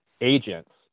agents